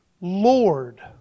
Lord